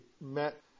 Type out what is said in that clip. met –